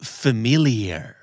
familiar